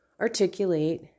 articulate